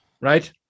right